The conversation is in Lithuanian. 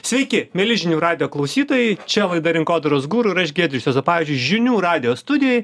sveiki mieli žinių radijo klausytojai čia laida rinkodaros guru ir aš giedrius juozapavičius žinių radijo studijoj